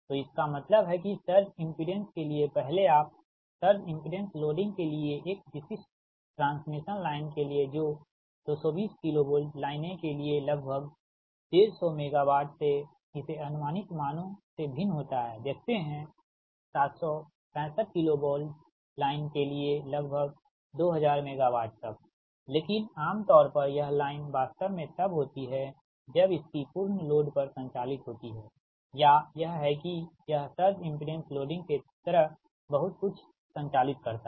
तो इसका मतलब है कि सर्ज इमपिडेंस के लिए पहले आप सर्ज इमपिडेंस लोडिंग के लिए एक विशिष्ट ट्रांसमिशन लाइन के लिए जो 220 KV लाइनें के लिए लगभग 150 मेगावाट से इस अनुमानित मानों से भिन्न होता है देखते है 765 किलोवाट वोल्ट लाइनें के लिए लगभग 2000 मेगावाट तक लेकिन आम तौर पर यह लाइन वास्तव में तब होती है जब इसकी पूर्ण लोड पर संचालित होती है या यह कि यह सर्ज इमपिडेंस लोडिंग के तरह बहुत कुछ संचालित करता है